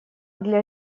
для